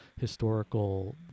historical